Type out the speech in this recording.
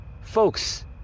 Folks